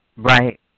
Right